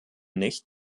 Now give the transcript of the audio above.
nicht